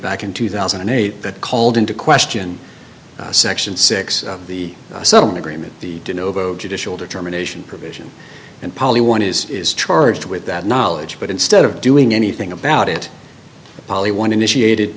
back in two thousand and eight that called into question section six of the settlement agreement the novo judicial determination provision and poly one is is charged with that knowledge but instead of doing anything about it probably one initiated